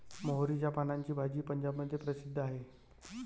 मोहरीच्या पानाची भाजी पंजाबमध्ये प्रसिद्ध आहे